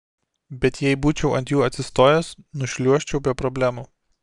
bet jei būčiau ant jų atsistojęs nušliuožčiau be problemų